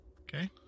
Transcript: Okay